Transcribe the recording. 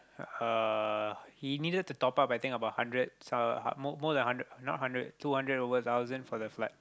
uh he needed to top up I think about hundred se~ more more than hundred not hundred two hundred over thousand for the flat